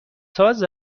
ساز